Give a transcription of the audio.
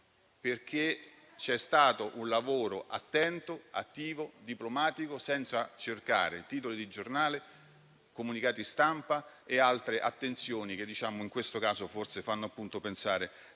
perché c'è stato un lavoro attento, attivo, diplomatico, senza cercare titoli di giornali, comunicati stampa e altre attenzioni, che in questo caso, forse, fanno appunto